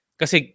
kasi